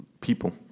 people